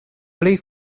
pli